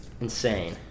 insane